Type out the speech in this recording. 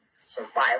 Survival